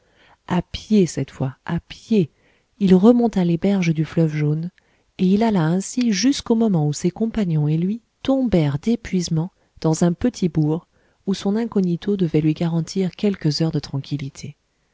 a pied cette fois à pied il remonta les berges du fleuve jaune et il alla ainsi jusqu'au moment où ses compagnons et lui tombèrent d'épuisement dans un petit bourg où son incognito devait lui garantir quelques heures de tranquillité